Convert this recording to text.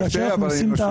קשה, אבל אני נושם.